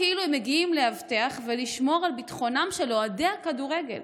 כאילו הם מגיעים לאבטח ולשמור על ביטחונם של אוהדי הכדורגל.